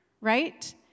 right